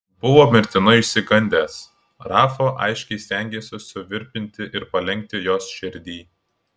buvo mirtinai išsigandęs rafa aiškiai stengėsi suvirpinti ir palenkti jos širdį